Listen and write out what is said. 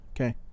Okay